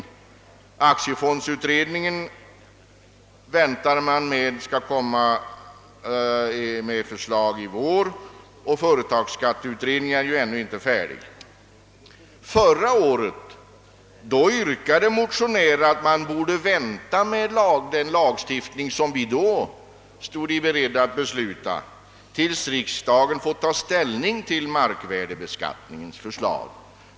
Man väntar att aktiefondsutredningen skall komma med ett förslag i vår, men företagsskatteutredningen är ännu inte färdig med sitt arbete. Förra året yrkade motionärer att man skulle vänta med den lagstiftning, som vi då stod beredda att besluta om, tills riksdagen hade fått ta ställning till markvärdeskommitténs förslag.